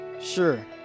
Sure